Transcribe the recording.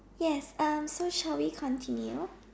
yes um shall we continue